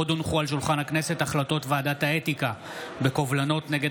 עוד הונחו על שולחן הכנסת החלטות ועדת האתיקה בקובלנות נגד